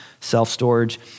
self-storage